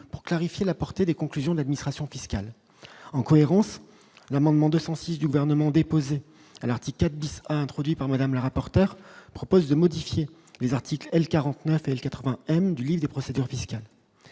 pour clarifier la portée des conclusions de l'administration fiscale en cohérence l'amendement 206 du gouvernement déposé à l'article a introduit par Madame. Le rapporteur propose de modifier les articles L 49 elle 80 M de Lille, des procédures fiscales